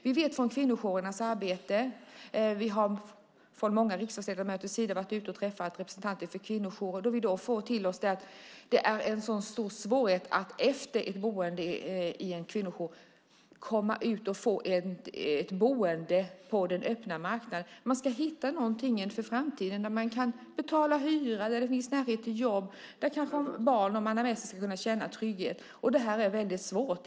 Vi vet genom kvinnojourernas arbete, och vi är många riksdagsledamöter som har varit ute och träffat representanter för kvinnojourer, att det är en stor svårighet att efter ett boende på en kvinnojour komma ut och få ett boende på den öppna marknaden. Man ska hitta någonstans att bo för framtiden där man kan betala hyran och det finns närhet till jobb, och om man har barn ska de kunna trygghet. Det här är väldigt svårt.